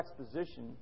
exposition